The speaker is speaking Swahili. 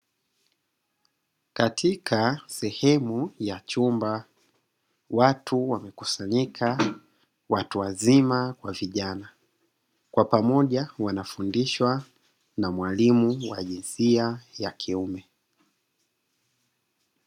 Katika sehemu ya chumba watu wamekusanyika watu wazima kwa vijana, kwa pamoja wanafundishwa na mwalimu wa jinsia ya kiume.